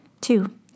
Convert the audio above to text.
Two